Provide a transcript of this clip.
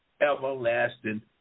everlasting